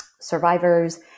survivors